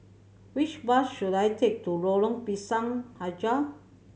which bus should I take to Lorong Pisang Hijau